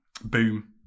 boom